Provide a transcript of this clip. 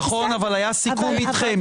נכון, אבל היה סיכום אתכם.